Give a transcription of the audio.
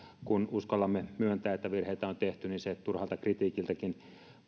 kun uskallamme myöntää että virheitä on tehty niin se poistaa terän turhalta kritiikiltäkin